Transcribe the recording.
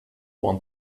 want